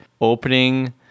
opening